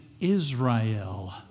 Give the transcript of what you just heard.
Israel